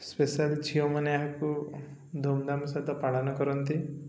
special ଝିଅମାନେ ଏହାକୁ ଧୁମଧାମ ସହିତ ପାଳନ କରନ୍ତି